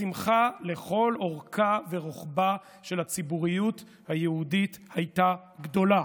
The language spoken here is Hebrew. השמחה לכל אורכה ורוחבה של הציבוריות היהודית הייתה גדולה,